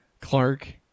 Clark